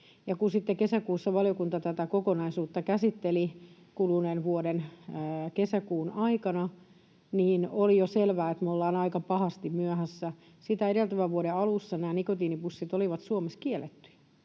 vuoden kesäkuun aikana valiokunta tätä kokonaisuutta käsitteli, niin oli jo selvää, että me ollaan aika pahasti myöhässä. Sitä edeltävän vuoden alussa nämä nikotiinipussit olivat Suomessa kiellettyjä,